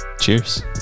Cheers